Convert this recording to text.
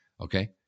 Okay